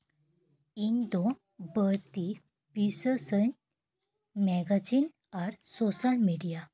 ᱤᱧ ᱫᱚ ᱵᱟᱹᱲᱛᱤ ᱵᱤᱥᱟᱹᱥᱟᱹᱧ ᱢᱮᱜᱟᱡᱤᱱ ᱟᱨ ᱥᱳᱥᱟᱞ ᱢᱤᱰᱤᱭᱟ